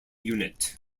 unit